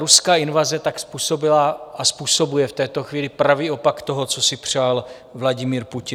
Ruská invaze tak způsobila a způsobuje v této chvíli pravý opak toho, co si přál Vladimír Putin.